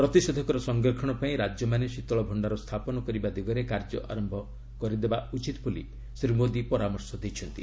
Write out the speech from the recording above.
ପ୍ରତିଷେଧକର ସଂରକ୍ଷଣ ପାଇଁ ରାଜ୍ୟମାନେ ଶୀତଳ ଭକ୍ତାର ସ୍ଥାପନ ଦିଗରେ କାର୍ଯ୍ୟ ଆରମ୍ଭ କରିବା ଉଚିତ୍ ବୋଲି ଶ୍ରୀ ମୋଦୀ ପରାମର୍ଶ ଦେଇଛନ୍ତି